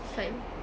side lah